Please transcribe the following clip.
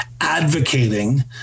advocating